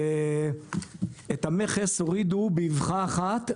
את המכס הורידו באבחה אחת,